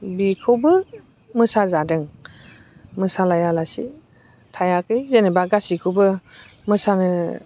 बेखौबो मोसाजादों मोसालायालासे थायाखै जेनेबा गासिखौबो मोसानो